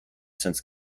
since